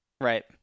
Right